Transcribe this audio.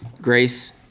grace